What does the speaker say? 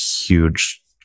huge